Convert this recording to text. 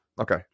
Okay